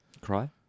Cry